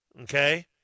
Okay